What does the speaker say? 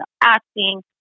acting